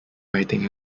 writing